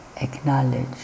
acknowledge